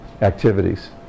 activities